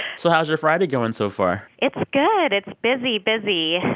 so how's your friday going so far? it's good. it's busy, busy.